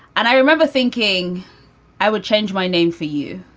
and i remember thinking i would change my name for you,